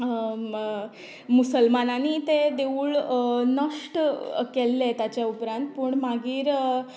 मुसलमानांनी तें देवूळ नश्ट केल्लें ताच्या उपरांत पूण मागीर